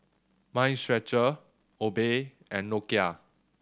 Mind Stretcher Obey and Nokia